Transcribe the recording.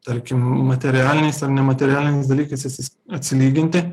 tarkim materialiniais ar nematerialiniais dalykais atsilyginti